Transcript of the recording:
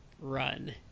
run